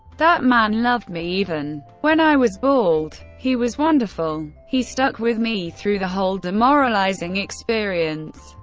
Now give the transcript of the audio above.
that man loved me even when i was bald! he was wonderful. he stuck with me through the whole demoralizing experience.